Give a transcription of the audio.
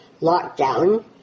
lockdown